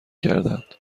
کردند